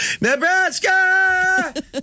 Nebraska